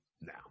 now